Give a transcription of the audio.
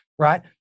right